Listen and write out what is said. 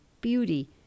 beauty